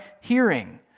hearing